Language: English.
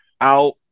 out